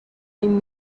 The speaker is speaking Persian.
این